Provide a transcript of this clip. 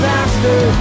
Master